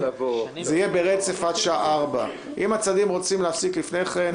זה יהיה ברצף עד שעה 16:00. אם הצדדים רוצים להפסיק לפני כן,